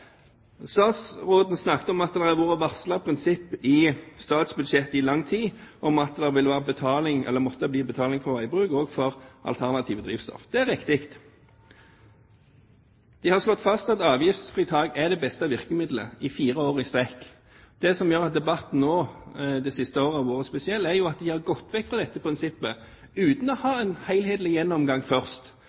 Statsråden snakket om at det i lang tid har vært varslet et prinsipp i statsbudsjettet om at det vil bli betaling for veibruk også for alternative drivstoff. Det er riktig. De har slått fast at avgiftsfritak er det beste virkemiddelet – i fire år i strekk. Det som gjør at debatten nå det siste året har vært spesiell, er at de har gått vekk fra dette prinsippet uten å ha hatt en helhetlig gjennomgang først.